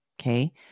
okay